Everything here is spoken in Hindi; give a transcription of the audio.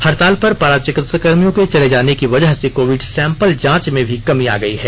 हड़ताल पर पारा चिकित्साकर्मियों के चले जाने की वजह से कोविड सैंपल जांच में भी कमी आ गई है